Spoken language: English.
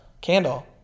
candle